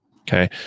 Okay